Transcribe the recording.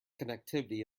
connectivity